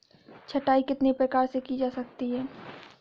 छँटाई कितने प्रकार से की जा सकती है?